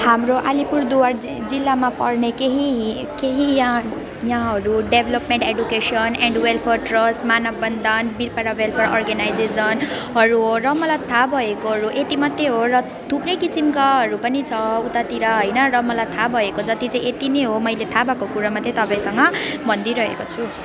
हाम्रो आलिपुरदुवार जि जिल्लामा पर्ने केही हि केही यहाँ यहाँहरू development education and welfare trust Manav Bandhan Birpara welfare अर्गनाइजेसनहरू हो र मलाई थाहा भएकोहरू यति मात्रै हो र थुप्रै किसिमकाहरू पनि छ र उतातिर र हैन मलाई थाहा भएको जति चाहिँ यति नै हो मैले थाहा भएको कुरा मात्रै तपाईँसँग भनिदिइरहेको छु